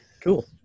cool